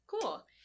Cool